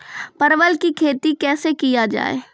परवल की खेती कैसे किया जाय?